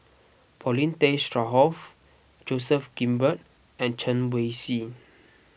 Paulin Tay Straughan Joseph Grimberg and Chen Wen Hsi